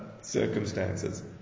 circumstances